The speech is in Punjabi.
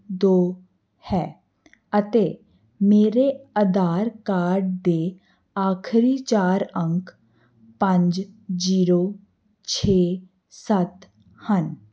ਦੋ ਹੈ ਅਤੇ ਮੇਰੇ ਆਧਾਰ ਕਾਰਡ ਦੇ ਆਖਰੀ ਚਾਰ ਅੰਕ ਪੰਜ ਜੀਰੋ ਛੇ ਸੱਤ ਹਨ